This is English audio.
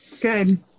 Good